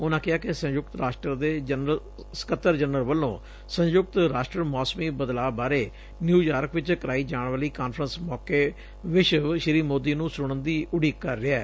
ਉਨੂਾ ਕਿਹਾ ਕਿ ਸੰਯੁਕਤ ਰਾਸਟਰ ਦੇ ਸਕੱਤਰ ਜਨਰਲ ਵੱਲੋਂ ਸੰਯੁਕਤ ਰਾਸਟਰ ਮੌਸਮੀ ਬਦਲਾਅ ਬਾਰੇ ਨਿਊਯਾਰਕ ਚ ਕਰਾਈ ਜਾਣ ਵਾਲੀ ਕਾਨਫਰੰਸ ਮੌਕੇ ਵਿਸ਼ਵ ਸ੍ਰੀ ਮੌਦੀ ਨੂੰ ਸੁਣਨ ਦੀ ਉਡੀਕ ਕਰ ਰਿਹੈ